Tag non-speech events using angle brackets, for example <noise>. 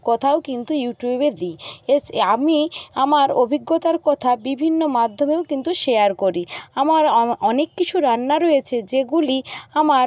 কথাও কিন্তু ইউটিউবে দিই এছ <unintelligible> আমি আমার অভিজ্ঞতার কথা বিভিন্ন মাধ্যমেও কিন্তু শেয়ার করি আমার অনেক কিছু রান্না রয়েছে যেগুলি আমার